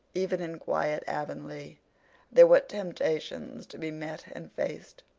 even in quiet avonlea there were temptations to be met and faced.